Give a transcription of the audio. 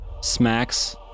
smacks